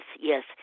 yes